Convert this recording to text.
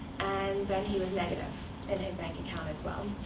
and then he was negative in his bank account, as well.